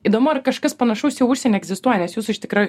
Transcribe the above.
įdomu ar kažkas panašaus jau užsieny egzistuoja nes jūs iš tikrųjų